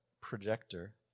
projector